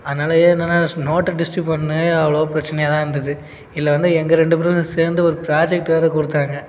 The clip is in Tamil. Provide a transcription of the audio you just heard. அதனாலயே என்னன்னா நோட்டை டிஸ்ட்யூட் பண்ண அவ்ளோவா பிரச்சினையா தான் இருந்தது இதில் வந்து எங்கள் ரெண்டு பேருக்கும் சேர்ந்து ஒரு ப்ராஜெக்ட் வேறு கொடுத்தாங்க